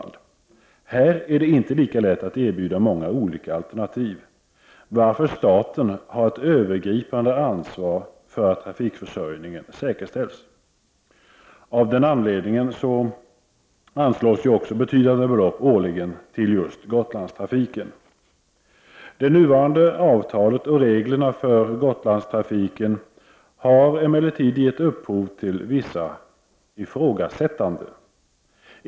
Här är det inte lika lätt att erbjuda många olika alternativ, varför staten har ett övergripande ansvar för att trafikförsörjningen säkerställs. Av den anledningen anslås också betydande belopp årligen till just Gotlandstrafiken. Det nuvarande avtalet och reglerna för Gotlandstrafiken har emellertid gett upphov till visst ifrågasättande.